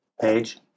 Page